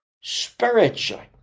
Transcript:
spiritually